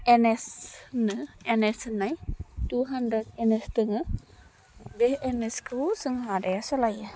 N S होनो N S होननाय two hundred N S दोङो बे एन एस खौ जोंहा आदाया सालायो